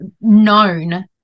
known